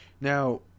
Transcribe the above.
Now